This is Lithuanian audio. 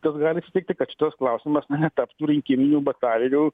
kas gali atsitikti kad šitas klausimas netaptų rinkiminių batalijų